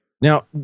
Now